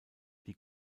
die